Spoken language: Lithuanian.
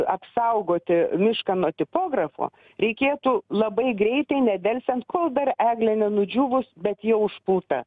apsaugoti mišką nuo tipografo reikėtų labai greitai nedelsiant kol dar eglė nenudžiūvus bet jau užpulta